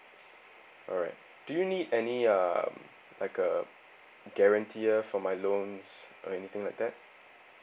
alright do you need any um like uh guarantee for my loans or anything like that